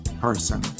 person